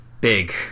big